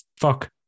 fuck